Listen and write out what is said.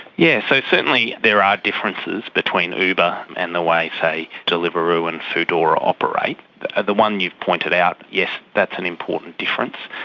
yes, so certainly there are differences between uber and the way, say, deliveroo and foodora operate. the the one you've pointed out, yes, yeah that's an important difference.